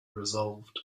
resolved